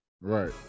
Right